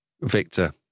Victor